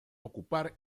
ocupar